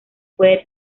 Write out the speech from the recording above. puede